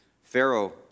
Pharaoh